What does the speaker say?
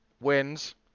wins